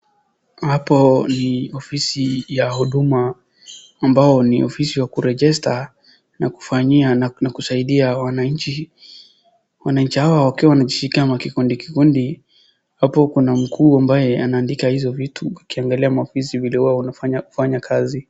Hapo ni ofisi ya huduma ambao ni ofisi wa ku register na kusaidia wananchi. Wananchi hawa wakiwa wanajishika makikundi kikundi. Hapo kuna mkuu ambaye anaandika hizo vitu akiangalia maofisi vile hua wanafanya kazi.